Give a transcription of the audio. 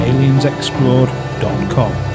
AliensExplored.com